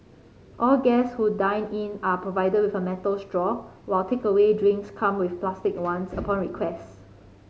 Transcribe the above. all guests who dine in are provided with a metal straw while takeaway drinks come with plastic ones upon request